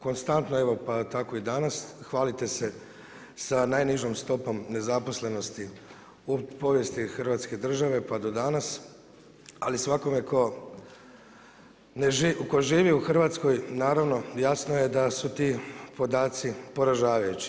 Konstantno evo, tako i danas, hvalite se sa najnižom stopom nezaposlenosti u povijesti hrvatske države pa do danas, ali svakome tko živi u Hrvatskoj, naravno jasno je da su ti podaci poražavajući.